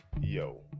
yo